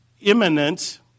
Imminent